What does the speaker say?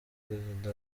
perezida